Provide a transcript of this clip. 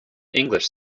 english